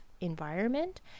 environment